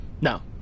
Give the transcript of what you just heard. No